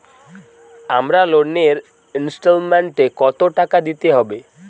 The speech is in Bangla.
আমার লোনের ইনস্টলমেন্টৈ কত টাকা দিতে হবে?